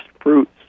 fruits